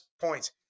points